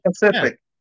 Pacific